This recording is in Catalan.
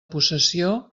possessió